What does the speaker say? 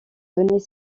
donnait